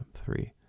Three